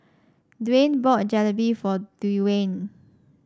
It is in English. Dwaine bought Jalebi for Dewayne